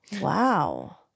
Wow